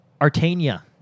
Artania